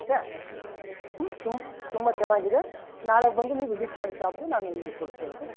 ಹ್ಞೂ ತುಮ್ ತುಂಬಾ ಚೆನ್ನಾಗಿದೆ ನಾಳೆ ಬಂದು ನೀವು ವಿಸಿಟ್ ಶಾಪಿಗೆ ನಾ ನಿಮಗೆ ಕೊಡ್ಸ್ತೇನೆ ಓಕೆ